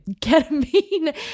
ketamine